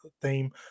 theme